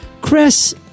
Chris